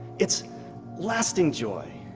it's lasting joy.